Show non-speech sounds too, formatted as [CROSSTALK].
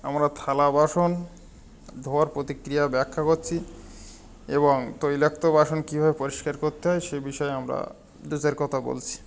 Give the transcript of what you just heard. আমরা থালা বাসন ধোওয়ার প্রতিক্রিয়া ব্যাখ্যা করছি এবং [UNINTELLIGIBLE] বাসন কী ভাবে পরিষ্কার করতে হয় সে বিষয়ে আমরা দু চার কথা বলছি